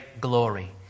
glory